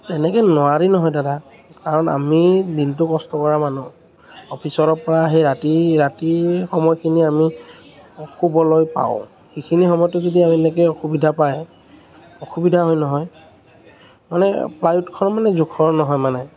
এনেকৈ নোৱাৰি নহয় দাদা কাৰণ আমি দিনটো কষ্ট কৰা মানুহ অফিচৰপৰা সেই ৰাতি ৰাতিৰ সময়খিনি আমি শুবলৈ পাওঁ সেইখিনি সময়তো যদি এনেকৈ অসুবিধা পায় অসুবিধা হয় নহয় মানে প্লাইউডখন মানে জোখৰ নহয় মানে